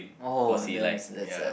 oh damn that's sad